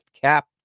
cap